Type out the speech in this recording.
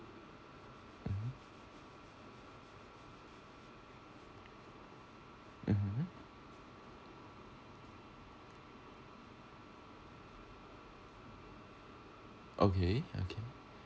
mmhmm okay okay